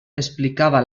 explicava